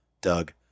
Doug